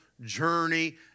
journey